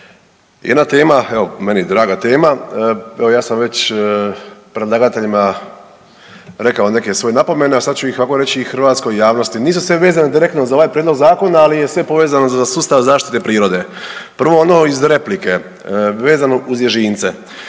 jedna tema evo meni draga tema, evo ja sam već predlagateljima rekao neke svoje napomene, a sad ću ih ovako reći i hrvatskoj javnosti. Nisu sve vezane direktno za ovaj prijedlog zakona ali je sve povezano za sustav zaštite prirode. Prvo ono iz replike vezano uz ježince.